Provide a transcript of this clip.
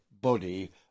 body